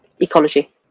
ecology